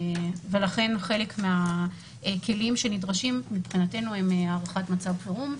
לכן חלק מהכלים שנדרשים מבחינתנו הם הארכת מצב החירום.